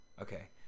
Okay